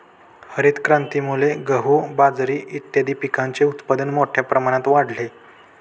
हरितक्रांतीमुळे गहू, बाजरी इत्यादीं पिकांचे उत्पादन मोठ्या प्रमाणात वाढले